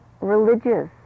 religious